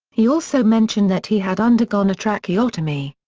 he also mentioned that he had undergone a tracheotomy.